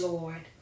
Lord